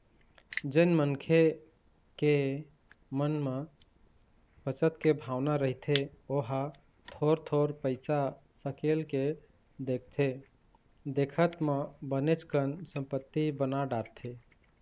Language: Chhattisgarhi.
जेन मनखे के मन म बचत के भावना रहिथे ओहा थोर थोर पइसा सकेल के देखथे देखत म बनेच कन संपत्ति बना डारथे